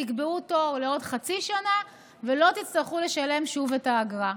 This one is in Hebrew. תקבעו תור לעוד חצי שנה ולא תצטרכו לשלם שוב את האגרה.